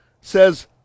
says